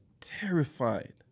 terrified